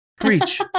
Preach